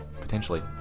Potentially